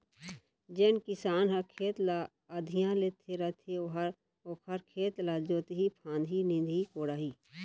जेन किसान ह खेत ल अधिया लेहे रथे ओहर ओखर खेत ल जोतही फांदही, निंदही कोड़ही